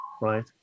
right